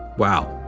wow!